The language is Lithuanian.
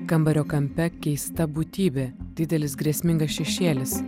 kambario kampe keista būtybė didelis grėsmingas šešėlis